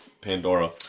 Pandora